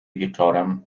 wieczorem